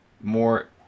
more